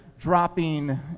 dropping